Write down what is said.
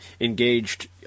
engaged